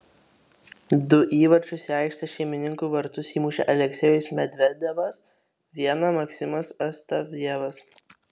du įvarčius į aikštės šeimininkų vartus įmušė aleksejus medvedevas vieną maksimas astafjevas